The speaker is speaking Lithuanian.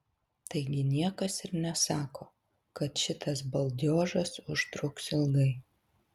taigi niekas ir nesako kad šitas baldiožas užtruks ilgai